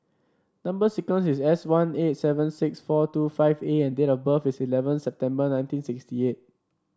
number sequence is S one eight seven six four two five A and date of birth is eleven September nineteen sixty eight